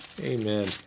Amen